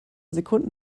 sekunden